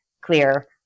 clear